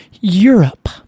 Europe